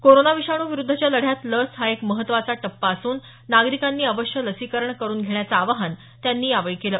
corona विषाणू विरुद्धच्या लढ्यात लस हा एक महत्वाचा टप्पा असून नागरिकांनी अवश्य लसीकरण करुन घेण्याचं आवाहन त्यांनी यावेळी केलं